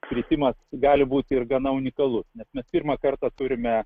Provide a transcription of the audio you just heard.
kritimas gali būti ir gana unikalus nes mes pirmą kartą turime